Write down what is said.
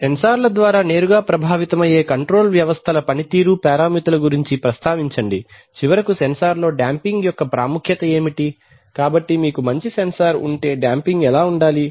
సెన్సార్ల ద్వారా నేరుగా ప్రభావితమయ్యే కంట్రోల్ వ్యవస్థల పనితీరు పారామితుల గురించి ప్రస్తావించండి చివరకు సెన్సార్లో డాంపింగ్ యొక్క ప్రాముఖ్యత ఏమిటి కాబట్టి మీకు మంచి సెన్సార్ ఉంటే డాంపింగ్ ఎలా ఉండాలి